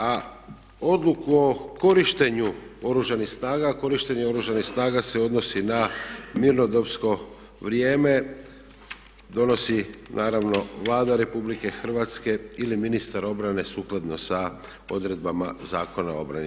A odluku o korištenju Oružanih snaga, a korištenje Oružanih snaga se odnosi na mirnodopsko vrijeme, donosi naravno Vlada RH ili ministar obrane sukladno sa odredbama Zakona o obrani.